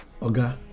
Oga